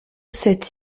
sept